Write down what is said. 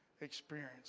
experience